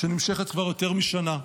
שנמשכת כבר יותר משנה,